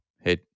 hey